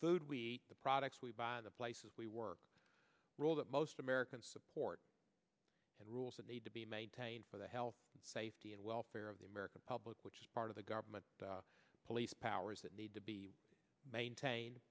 food we eat the products we buy the places we work rules that most americans support and rules that need to be maintained for the health safety and welfare of the american public which is part of the government police powers that need to be maintain